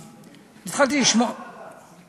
התחלתי לשמוע בג"ץ או בד"ץ?